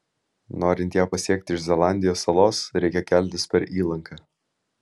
norint ją pasiekti iš zelandijos salos reikia keltis per įlanką